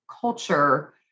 culture